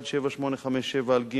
ג/17857,